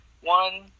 One